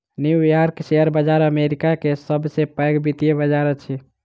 new York share America के सब से पैघ वित्तीय बाजार अछि